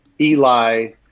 Eli